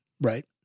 Right